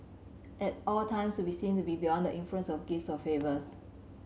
at all times be seen to be beyond the influence of gifts or favours